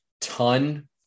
ton